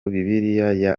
bibiliya